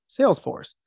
Salesforce